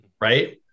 Right